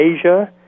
Asia